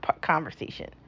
conversation